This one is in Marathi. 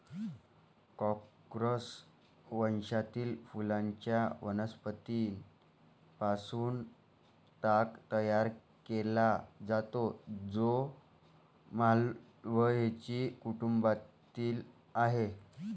कॉर्कोरस वंशातील फुलांच्या वनस्पतीं पासून ताग तयार केला जातो, जो माल्व्हेसी कुटुंबातील आहे